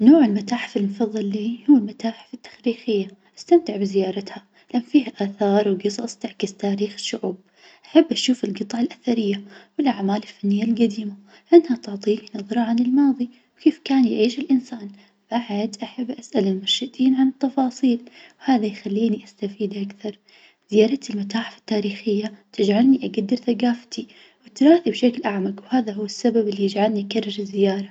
نوع المتاحف المفظل لي هو المتاحف. استمتع بزيارتها لم فيها آثار وقصص تعكس تاريخ الشعوب. أحب أشوف القطع الأثرية والأعمال الفنية القديمة لأنها تعطي لي نظرة عن الماظي وكيف كان يعيش الإنسان. بعد أحب اسأل المرشدين عن التفاصيل وهذي يخليني استفيد أكثر. يا ريت المتاحف التاريخية تجعلني أقدر ثقافتي وتراثي بشكل أعمق وهذا هو السبب اللي يجعلني أكرر الزيارة.